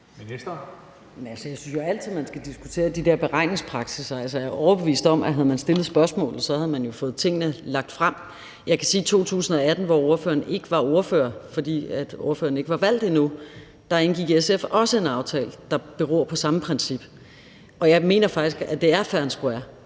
jeg synes jo altid, man skal diskutere de der beregningspraksisser. Jeg er overbevist om, at havde man stillet spørgsmålet, havde man jo fået tingene lagt frem. Jeg kan sige, at i 2018, hvor ordføreren ikke var ordfører, fordi ordføreren ikke var valgt endnu, indgik SF også en aftale, der beror på det samme princip, og jeg mener faktisk, at det er fair and square,